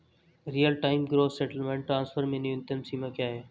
Real time gross settlement transfer में न्यूनतम सीमा क्या है?